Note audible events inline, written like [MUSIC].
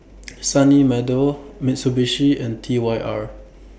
[NOISE] Sunny Meadow Mitsubishi and T Y R